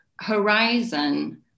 horizon